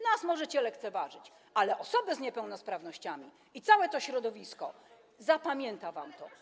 Nas możecie lekceważyć, ale osoby z niepełnosprawnościami i całe to środowisko zapamiętają wam to.